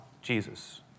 Jesus